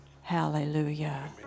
Hallelujah